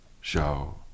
show